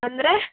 ಅಂದರೆ